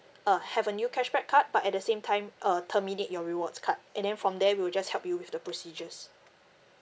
uh have a new cashback card but at the same time uh terminate your rewards card and then from there we will just help you with the procedures